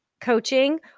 coaching